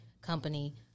company